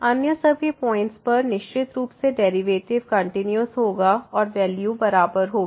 अन्य सभी पॉइंट्स पर निश्चित रूप से डेरिवेटिव कंटिन्यूस होगा और वैल्यू बराबर होगी